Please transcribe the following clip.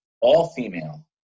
All-female